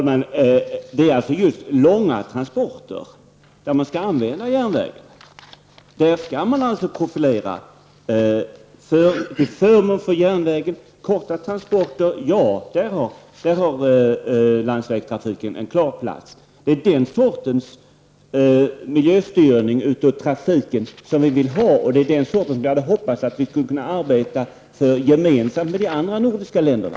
Herr talman! Det är just vid långa transporter man skall använda järnvägen. Det är där man skall profilera järnvägen. Vid korta transporter har landsvägstrafiken en klar plats. Det är den sortens miljöstyrning av trafiken som vi vill ha. Det är den sorten vi hade hoppats att kunna arbeta för gemensamt med de andra nordiska länderna.